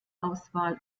auswahl